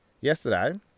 Yesterday